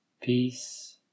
peace